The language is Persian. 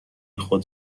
خود